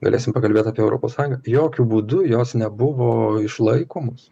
galėsim pakalbėt apie europos sąjungą jokiu būdu jos nebuvo išlaikomos